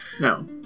No